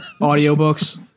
audiobooks